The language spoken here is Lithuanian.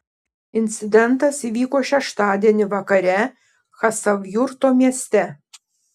incidentas įvyko šeštadienį vakare chasavjurto mieste